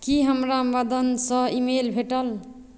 की हमरा मदनसँ email भेटल